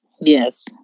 yes